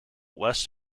west